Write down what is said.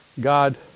God